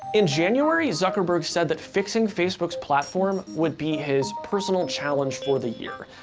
in january, zuckerberg said that fixing facebook's platform would be his personal challenge for the year.